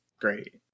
great